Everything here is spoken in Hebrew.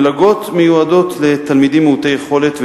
המלגות מיועדות לתלמידים מעוטי יכולת,